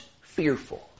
fearful